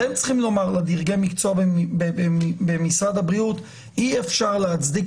אתם צריכים לומר לדרגי המקצוע במשרד הבריאות שאי אפשר להצדיק